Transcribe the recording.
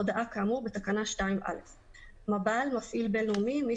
הודעה כאמור בתקנה 2(א); "מב"ל" (מפעיל בין-לאומי) מי